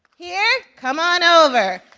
here. come on over.